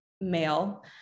male